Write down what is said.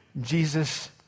Jesus